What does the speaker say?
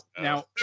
now